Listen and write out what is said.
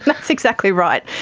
that's exactly right.